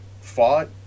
fought